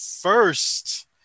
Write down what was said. first